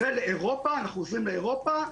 -- ולאירופה,